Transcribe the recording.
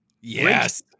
Yes